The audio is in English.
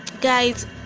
guys